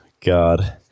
God